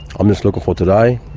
i'm just looking for today